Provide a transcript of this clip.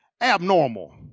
abnormal